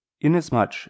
inasmuch